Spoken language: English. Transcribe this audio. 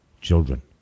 children